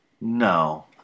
No